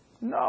No